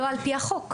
לא על פי החוק.